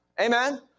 Amen